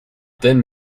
then